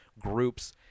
groups